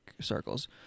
circles